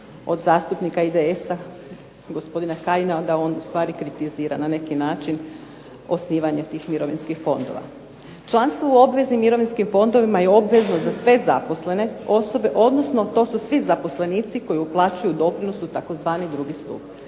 od zastupnika IDS-a gospodina Kajina da on u stvari kritizira na neki način osnivanje tih mirovinskih fondova. Članstvo u obveznim mirovinskim fondovima je obvezno za sve zaposlene osobe, odnosno to su svi zaposlenici koji uplaćuju doprinos u tzv. drugi stup.